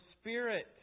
Spirit